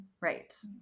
right